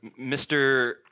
Mr